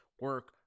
Work